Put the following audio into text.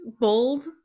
bold